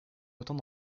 autant